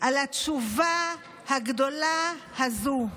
על התשובה הגדולה הזו.